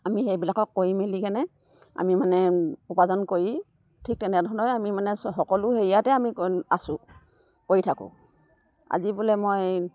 আমি সেইবিলাকক কৰি মেলি কেনে আমি মানে উপাৰ্জন কৰি ঠিক তেনেধৰণে আমি মানে সকলো হেৰিয়াতে আমি আছোঁ কৰি থাকোঁ আজি বোলে মই